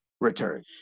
return